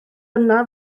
yna